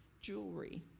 jewelry